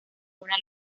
una